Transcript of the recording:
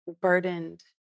burdened